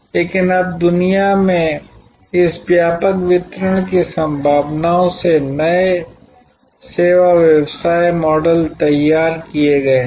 लेकिन अब दुनिया भर में इस व्यापक वितरण की संभावना ने नए सेवा व्यवसाय मॉडल तैयार किए हैं